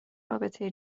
رابطه